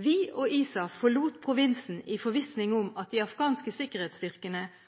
Vi og ISAF forlot provinsen i forvissning om at de afghanske sikkerhetsstyrkene